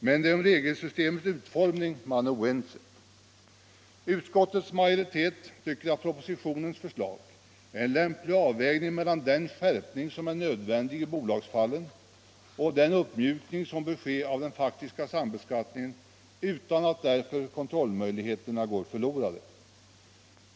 Men om regelsystemets utformning är man oense. Utskottets majoritet anser att propositionens förslag är en lämplig avvägning mellan den skärpning som är nödvändig i bolagsfallen och den uppmjukning som bör ske av den faktiska sambeskattningen utan att därmed kontrollmöjligheterna går förlorade.